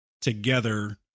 together